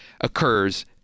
occurs